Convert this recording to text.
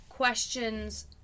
questions